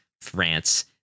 France